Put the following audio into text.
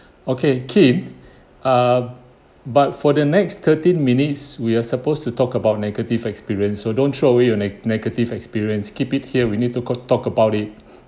okay kin um but for the next thirteen minutes we're supposed to talk about negative experience so don't throw away your ne~ negative experience keep it here we need to co~ talk about it